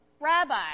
Rabbi